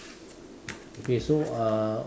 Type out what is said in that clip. okay so uh